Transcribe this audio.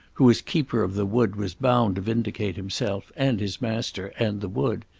who as keeper of the wood was bound to vindicate himself, and his master, and the wood.